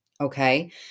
okay